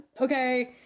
okay